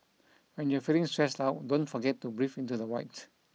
when you are feeling stressed out don't forget to breathe into the void